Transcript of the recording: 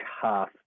tough